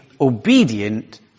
obedient